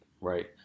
right